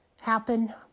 happen